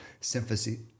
symphony